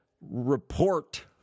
report